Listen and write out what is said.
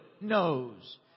knows